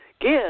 give